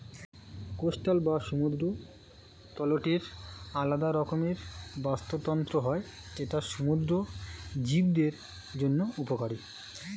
coastal বা সমুদ্র তটের আলাদা রকমের বাস্তুতন্ত্র হয় যেটা সমুদ্র জীবদের জন্য উপকারী